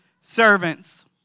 servants